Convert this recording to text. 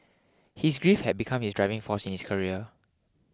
his grief had become his driving force in his career